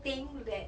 thing that